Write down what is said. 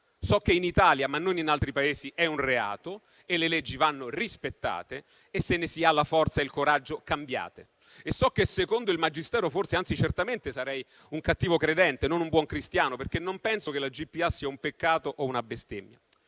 So che in Italia, ma non in altri Paesi, è un reato; le leggi vanno rispettate e, se ne si ha la forza e il coraggio, cambiate. E so che secondo il magistero forse, anzi certamente, sarei un cattivo credente, non un buon cristiano, perché non penso che la GPA sia un peccato o una bestemmia.